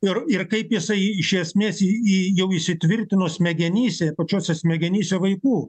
ir ir kaip jisai iš esmės į jau įsitvirtino smegenyse pačiose smegenyse vaikų